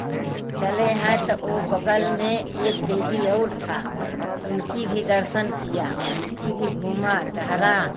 चले हैं तो वह बगल में एक देवी और था उनकी भी दर्शन किया उनकी भी घूमा टहरा